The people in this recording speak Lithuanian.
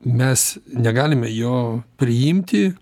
mes negalime jo priimti